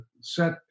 set